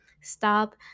stop